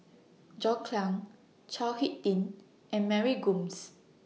John Clang Chao Hick Tin and Mary Gomes